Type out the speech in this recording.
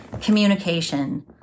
communication